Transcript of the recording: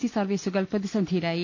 C സർവീസുകൾ പ്രതിസ ന്ധിയിലായി